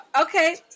Okay